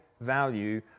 value